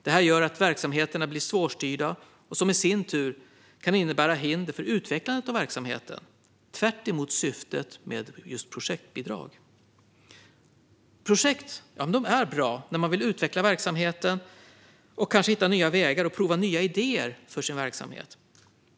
Detta gör att verksamheterna blir svårstyrda, vilket i sin tur kan innebära hinder för utvecklingen av verksamheten, tvärtemot syftet med projektbidrag. Projekt är bra när man vill utveckla verksamheten och kanske hitta nya vägar och prova nya idéer för sin verksamhet.